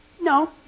No